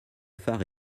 phare